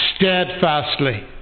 steadfastly